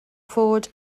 fod